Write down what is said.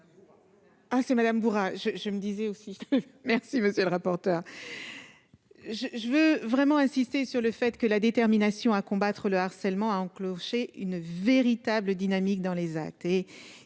Ah c'est Madame bourra je je me disais aussi merci, monsieur le rapporteur, je veux vraiment insister sur le fait que la détermination à combattre le harcèlement à enclencher une véritable dynamique dans les athées.